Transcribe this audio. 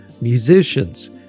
musicians